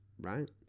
right